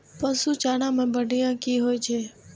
पशु चारा मैं बढ़िया की होय छै?